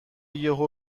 یهو